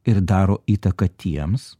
ir daro įtaką tiems